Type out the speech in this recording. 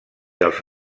els